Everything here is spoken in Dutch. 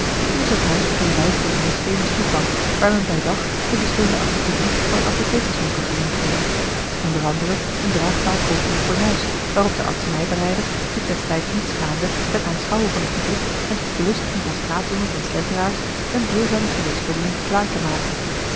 het was een huis met een luifel en een steenen stoepbank waar men bij dag de verschillende attributen van een apothekerswinkel te zien kreeg onder anderen een draagbaar koperen fornuis waarop de artsenijbereider zich destijds niet schaamde ten aanschouwe van t publiek en tot verlustiging van straatjongens en slenteraars een deel zijner geneesmiddelen klaar te maken